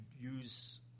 use